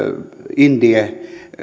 indie